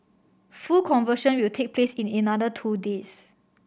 full conversion will take place in another two days